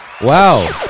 Wow